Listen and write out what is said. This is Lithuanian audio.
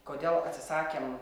kodėl atsisakėm